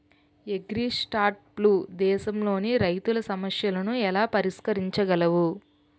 అగ్రిస్టార్టప్లు దేశంలోని రైతుల సమస్యలను ఎలా పరిష్కరించగలవు?